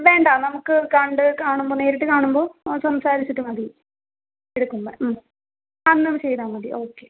വേണ്ടാ നമുക്ക് കണ്ട് കാണുമ്പോൾ നേരിട്ട് കാണുമ്പോൾ സംസാരിച്ചിട്ട് മതി എടുക്കുമ്പം അങ്ങനെ ചെയ്താൽ മതി ഓക്കെ